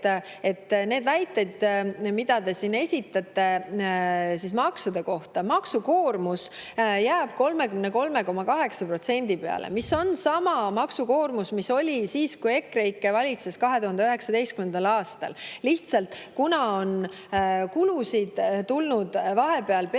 väidete puhul, mida te siin esitate maksude kohta – maksukoormus jääb 33,8% peale. See on sama maksukoormus, mis oli siis, kui EKREIKE valitses 2019. aastal. Lihtsalt kuna kulusid on tulnud vahepeal peale,